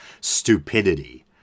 stupidity